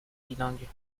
bilingues